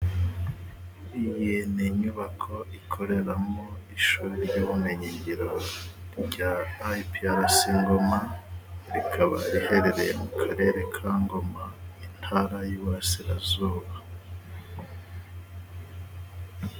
Iyi ni inyubako ikoreramo ishuri ry'ubumenyingiro rya iprc Ngoma rikaba riherereye mu karere ka Ngoma intara y'iburarasirazuba